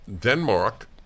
Denmark